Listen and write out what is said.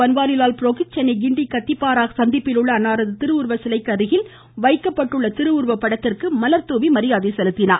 பன்வாரிலால் புரோஹித் சென்னை கிண்டி கத்திபாரா சந்திப்பில் உள்ள அன்னாரது திருவுருவ சிலைக்கு அருகில் வைக்கப்பட்டுள்ள திருவுருவப் படத்திற்கு மலர் தூவி மரியாதை செலுத்தினார்